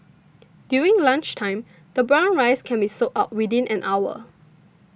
during lunchtime the brown rice can be sold out within an hour